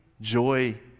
joy